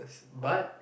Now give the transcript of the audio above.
but